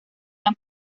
han